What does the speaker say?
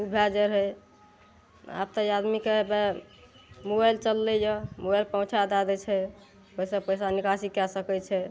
ओ भए जाइ रहै अतऽ आदमीके हे वए मोबाइल चललै यऽ मोबाइल पर औंठा दए दै छै एहिसे पैसा निकासी कए सकैत छै